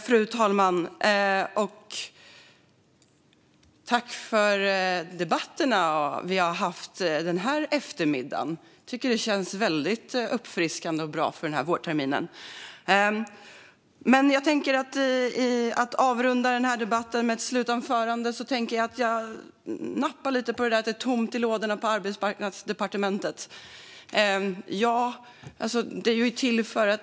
Fru talman! Tack för debatterna som vi har haft den här eftermiddagen. Det känns väldigt uppfriskande och bra för den här vårterminen. Jag ska avrunda debatten med mitt slutanförande. Jag nappar lite på det som sas om att det är tomt i lådorna på Arbetsmarknadsdepartementet.